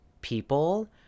people